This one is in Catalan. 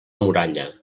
muralla